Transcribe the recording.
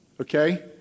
Okay